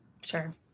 Sure